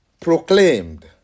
proclaimed